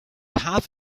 have